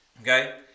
Okay